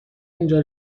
اینجا